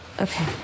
Okay